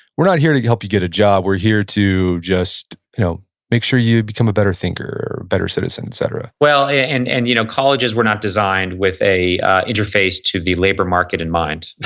we're not here to help you get a job. we're here to just you know make sure you become a better thinker, a better citizen et cetera. yeah and and you know, colleges were not designed with a interface to the labor market in mind.